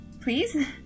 Please